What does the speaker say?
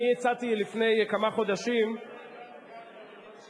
את דן כנר לראש הרשות.